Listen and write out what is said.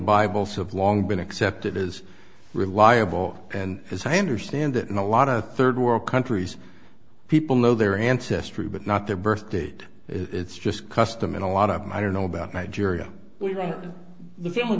bible so of long been accepted as reliable and as i understand it in a lot of third world countries people know their ancestry but not their birth date it's just custom in a lot of i don't know about nigeria where the family